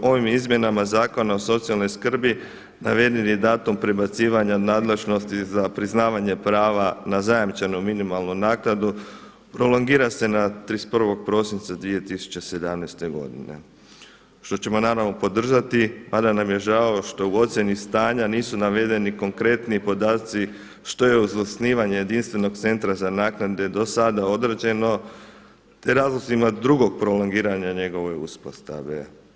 Ovim izmjenama Zakona o socijalnoj skrbi naveden je datum prebacivanja nadležnosti za priznavanje prava na zajamčenu minimalnu naknadu prolongira se na 31. prosinca 2017. godine što ćemo naravno podržati, mada nam je žao što u ocjeni stanja nisu navedeni konkretni podaci što je uz osnivanje jedinstvenog centra za naknade do sada odrađeno, razlozima drugog prolongiranja njegove uspostave.